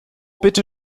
bitte